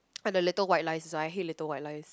and the little white lies also I hate little white lies